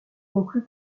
conclus